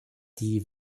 die